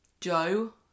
Joe